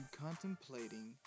contemplating